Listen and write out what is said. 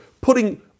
Putting